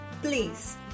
Please